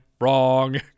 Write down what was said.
wrong